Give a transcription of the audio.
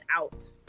out